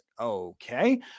okay